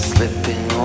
Slipping